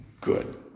good